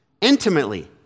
intimately